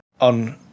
on